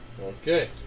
Okay